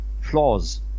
flaws